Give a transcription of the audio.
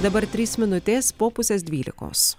dabar trys minutės po pusės dvylikos